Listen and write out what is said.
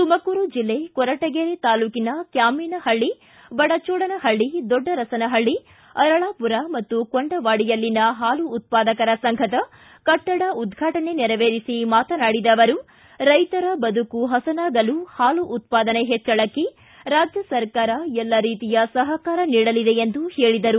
ತುಮಕೂರು ಬೆಲ್ಲೆ ಕೊರಟಗೆರೆ ತಾಲೂಕಿನ ಕ್ಯಾಮೇನಹಳ್ಳಿ ಬಡಚೋಡನಹಳ್ಳಿ ದೊಡ್ಡರಸನಹಳ್ಳಿ ಅರಳಾಪುರ ಹಾಗೂ ಕೊಂಡಾವಾಡಿಯಲ್ಲಿನ ಹಾಲು ಉತ್ಪಾದಕರ ಸಂಘದ ಕಟ್ಟಡ ಉದ್ವಾಟನೆ ನೆರವೇರಿಸಿ ಮಾತನಾಡಿದ ಅವರು ರೈತರ ಬದುಕು ಹಸನಾಗಲು ಹಾಲು ಉತ್ವಾದನೆ ಹೆಚ್ಚಳಕ್ಕೆ ರಾಜ್ಯ ಸರಕಾರ ಎಲ್ಲ ರೀತಿಯ ಸಹಕಾರ ನೀಡಲಿದೆ ಎಂದು ಹೇಳಿದರು